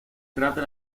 cráter